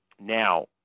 Now